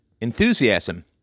enthusiasm